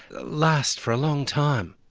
last for a long time.